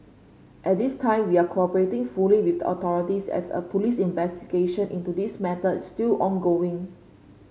at this time we are cooperating fully with the authorities as a police investigation into this matter is still ongoing